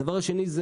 הדבר השני.